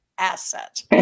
asset